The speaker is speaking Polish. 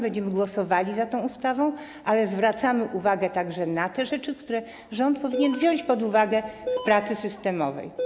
Będziemy głosowali za tą ustawą, ale zwracamy uwagę także na te rzeczy, które rząd powinien wziąć pod uwagę w pracy systemowej.